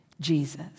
Jesus